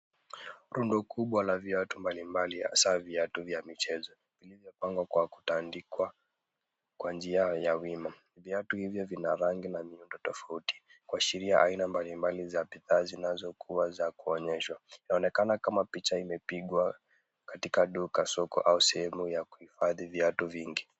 Rundu kubwa la viatu mbalimbali ya saa viatu vya michezo vilivyo pangwa kwa kutandikwa kwa njia ya wima. Viatu hivyo vina rangi na miundo tofauti, kuasheria aina mbalimbali za bidhaa zinazo kuwa za ku onyeshwa ina onekana kama picha imepigwa katika duka soko au sehemu ya kuhifadhi viatu vingi.